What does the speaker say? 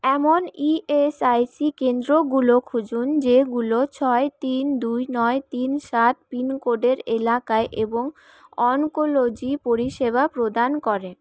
এমন ইএসআইসি কেন্দ্রগুলো খুঁজুন যেগুলো ছয় তিন দুই নয় তিন সাত পিনকোডের এলাকায় এবং অনকোলজি পরিষেবা প্রদান করে